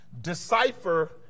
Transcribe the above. decipher